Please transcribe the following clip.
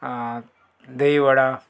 दई वडा